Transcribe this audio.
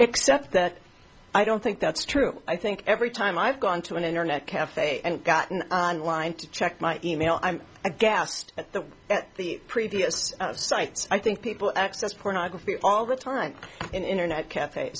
except that i don't think that's true i think every time i've gone to an internet cafe and gotten on line to check my e mail i'm aghast at the at the previous sites i think people access pornography all the time and internet cafe